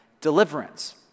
deliverance